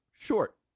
Short